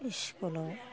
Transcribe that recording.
स्कुलाव